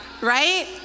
right